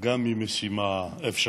ממשימה אפשרית,